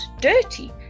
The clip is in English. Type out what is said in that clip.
dirty